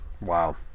Wow